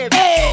hey